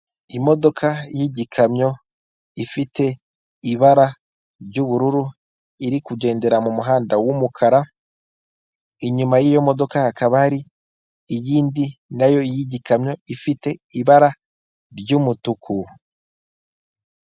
Imodoka y'igikamyo ifite ibara ry'ubururu iri kugendera mu muhanda w'umukara, inyuma y'iyomodoka hakaba hari iyindi nayo y'igikamyo ifite ibara ry'umutuku.